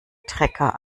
trecker